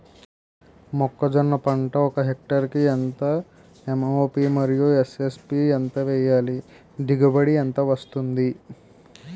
మొక్కజొన్న పంట ఒక హెక్టార్ కి ఎంత ఎం.ఓ.పి మరియు ఎస్.ఎస్.పి ఎంత వేయాలి? దిగుబడి ఎంత వస్తుంది?